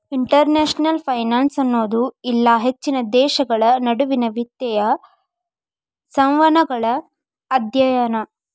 international finance ಅನ್ನೋದು ಇಲ್ಲಾ ಹೆಚ್ಚಿನ ದೇಶಗಳ ನಡುವಿನ್ ವಿತ್ತೇಯ ಸಂವಹನಗಳ ಅಧ್ಯಯನ